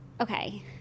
Okay